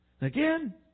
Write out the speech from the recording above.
Again